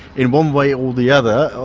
in one way or the other,